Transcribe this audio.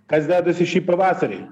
kas dedasi šį pavasarį